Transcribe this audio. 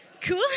cool